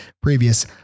previous